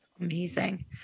Amazing